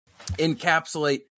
encapsulate